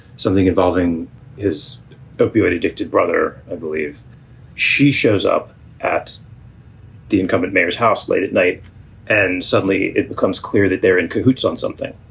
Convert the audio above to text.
something involving his opioid addicted brother, i believe she shows up at the incumbent neighbor's house late at night and suddenly it becomes clear that they're in cahoots on something.